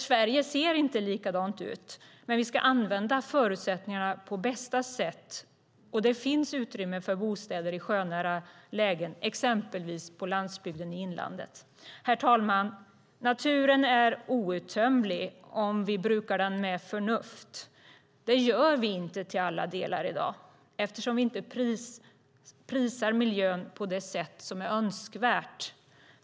Sverige ser inte likadant ut, men vi ska använda förutsättningarna på bästa sätt, och det finns utrymme för bostäder i sjönära lägen, exempelvis på landsbygden i inlandet. Herr talman! Naturen är outtömlig om vi brukar den med förnuft. Det gör vi inte till alla delar i dag, eftersom vi inte prissätter miljön på det sätt som är önskvärt.